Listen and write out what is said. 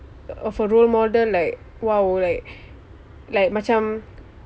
of a role model like !wow! like like macam